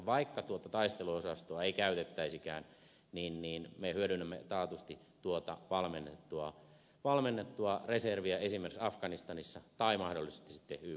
vaikka tuota taisteluosastoa ei käytettäisikään niin me hyödynnämme taatusti tuota valmennettua reserviä esimerkiksi afganistanissa tai mahdollisesti sitten yk operaatioissa